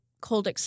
cold